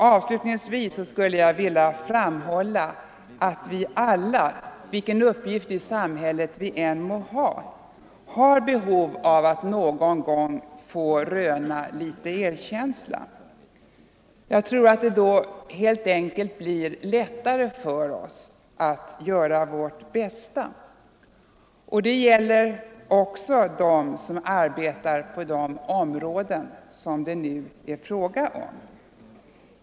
Avslutningsvis skulle jag vilja framhålla att vi alla — vilken uppgift i samhället vi än må ha — har behov av att någon gång få röna litet erkänsla. Jag tror att det då helt enkelt blir lättare för oss att göra vårt bästa. Det gäller också dem som arbetar på de områden det nu är fråga om.